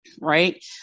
right